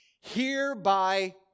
Hereby